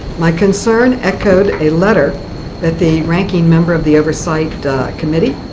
my concern echoed a letter that the ranking member of the oversight committee,